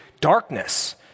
darkness